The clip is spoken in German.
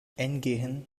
entgehen